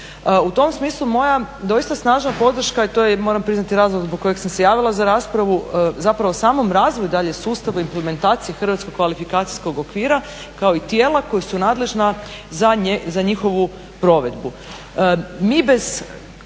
U tom smislu moja doista snažna podrška. I to je moram priznati razlog zbog kojeg sam se javila za raspravu, zapravo samom razvoju dalje sustava, implementacije hrvatskog kvalifikacijskog okvira kao i tijela koja su nadležna za njihovu provedbu.